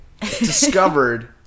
discovered